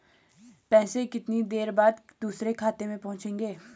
पैसे कितनी देर बाद दूसरे खाते में पहुंचेंगे?